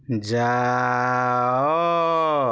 ଯାଅ